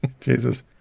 Jesus